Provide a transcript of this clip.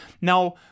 Now